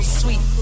sweet